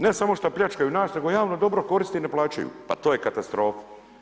Ne samo što pljačkaju nas, nego javno dobro koristi ne plaćaju, pa to je katastrofa.